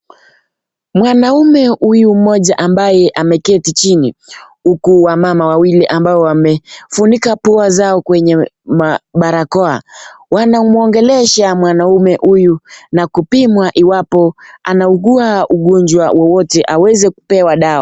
Mwanaume huyu mmoja ambaye ameketi chini uku wamama wawili ambao wamefunika pua zao kwenye barakoa wanamwongelesha mwanaume huyu na kupimwa iwapo anaugua ugonjwa wowote aweze kupewa dawa.